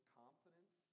confidence